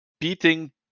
beating